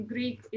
Greek